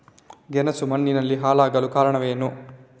ಗೆಣಸು ಮಣ್ಣಿನಲ್ಲಿ ಹಾಳಾಗಲು ಕಾರಣವೇನು?